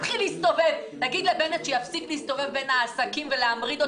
תגיד לבנט שיפסיק להסתובב בין העסקים ולהמריד אותם.